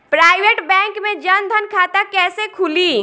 Private bank मे जन धन खाता कैसे खुली?